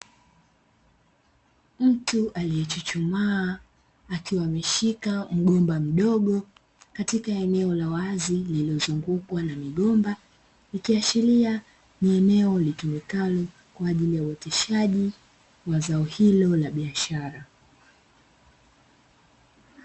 Mtu aliyechuchumaa akiwa ameshika mgomba mdogo katika eneo la wazi lililozungukwa na migomba, ikiashiria ni eneo litumikalo kwa ajili ya uoteshaji wa zao hilo la biashara.